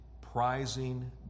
prizing